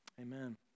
Amen